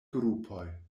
grupoj